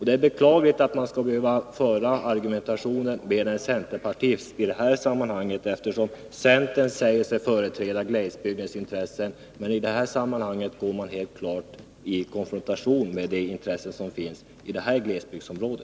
Det är beklagligt att man skall behöva föra denna argumentation med en centerpartist, eftersom centern säger sig företräda glesbygdens intressen. Men i det här sammanhanget går man helt klart i konfrontation med de intressen som finns i detta glesbygdsområde.